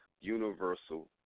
universal